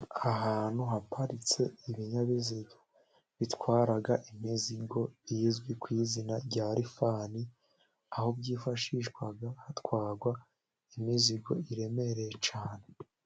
Ahantu haparitse ibinyabiziga bitwara imizigo, bizwi ku izina rya lifani, aho byifashishwa hatwarwa imizigo iremereye cyane.